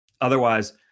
otherwise